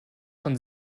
von